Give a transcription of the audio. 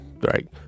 right